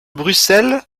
bruxelles